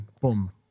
Boom